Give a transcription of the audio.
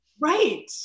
Right